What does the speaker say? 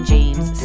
James